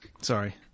Sorry